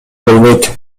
болбойт